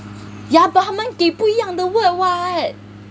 yeah but 他们给不一样的 word [what]